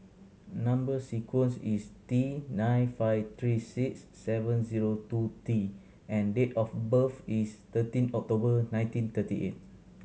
number sequence is T nine five three six seven zero two T and date of birth is thirteen October nineteen thirty eight